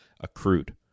accrued